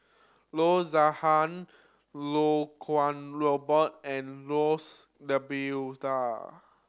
Loo Zihan Iau Kuo Robert and Jose D'Almeida